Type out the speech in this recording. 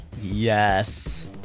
yes